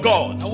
God